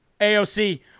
AOC